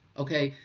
okay.